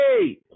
hey